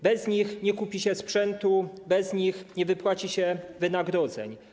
Bez nich nie kupi się sprzętu, bez nich nie wypłaci się wynagrodzeń.